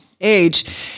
age